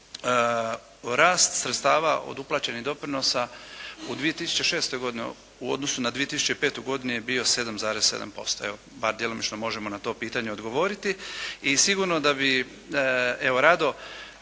rast sredstava od uplaćenih doprinosa u 2006. godini u odnosu na 2005. godinu je bio 7,7%. Evo bar djelomično možemo na to pitanje odgovoriti. I sigurno da bi evo rado